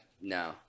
No